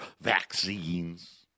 vaccines